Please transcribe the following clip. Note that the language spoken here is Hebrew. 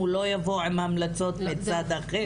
הוא לא יבוא עם המלצות מצד אחר לטיפול?